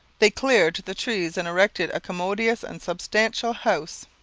they cleared the trees and erected a commodious and substantial house,